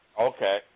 Okay